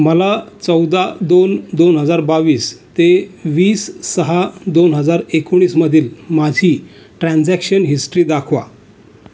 मला चौदा दोन दोन हजार बावीस ते वीस सहा दोन हजार एकोणीसमधील माझी ट्रॅन्झॅक्शन हिस्ट्री दाखवा